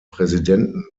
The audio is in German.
präsidenten